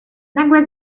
nagłe